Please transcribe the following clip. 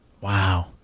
Wow